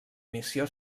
missió